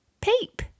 Peep